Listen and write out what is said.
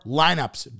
lineups